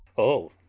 o,